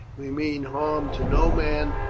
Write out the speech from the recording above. we mean harm to no man,